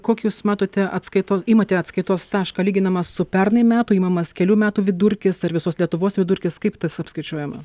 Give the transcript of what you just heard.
kokius matote atskaitos imate atskaitos tašką lyginama su pernai metų imamas kelių metų vidurkis ar visos lietuvos vidurkis kaip tas apskaičiuojama